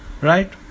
right